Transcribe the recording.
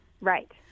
Right